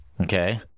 Okay